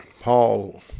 Paul